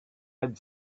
had